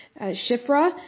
Shifra